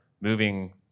moving